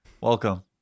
welcome